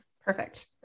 Perfect